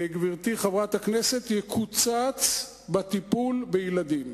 גברתי חברת הכנסת, יקוצץ בטיפול בילדים.